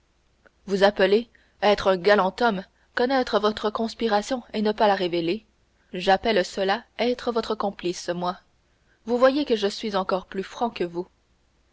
vous appelez être un galant homme connaître votre conspiration et ne pas la révéler j'appelle cela être votre complice moi vous voyez que je suis encore plus franc que vous